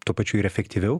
tuo pačiu ir efektyviau